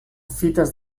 fites